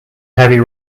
heavy